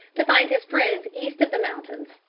to find his friends east of the mountains.